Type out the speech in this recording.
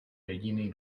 jediný